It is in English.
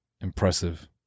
impressive